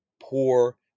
poor